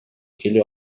келип